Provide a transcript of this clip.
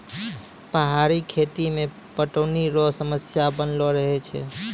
पहाड़ी खेती मे पटौनी रो समस्या बनलो रहै छै